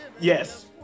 yes